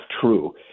true